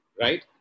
right